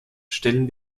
stellen